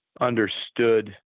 understood